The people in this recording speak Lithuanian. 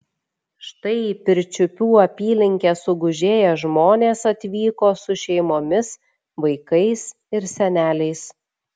štai į pirčiupių apylinkes sugužėję žmonės atvyko su šeimomis vaikais ir seneliais